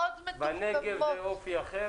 בנגב זה אופי אחר.